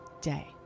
day